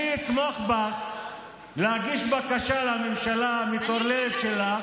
אני אתמוך בך להגיש בקשה לממשלה המטורללת שלך,